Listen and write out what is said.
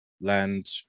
land